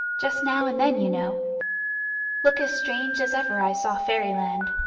just now and then, you know look as strange as ever i saw fairyland.